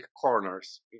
corners